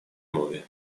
movie